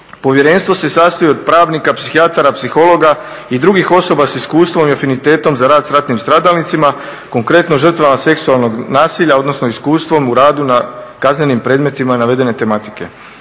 Povjerenstvo se sastoji od pravnika, psihijatara, psihologa i drugih osoba s iskustvom i afinitetom za rad s ratnim stradalnicima, konkretno žrtvama seksualnog nasilja odnosno iskustvom u radu na kaznenim predmetima navedene tematike.